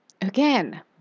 Again